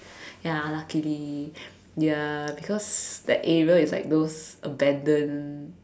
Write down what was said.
ya luckily ya because that area is like those abandoned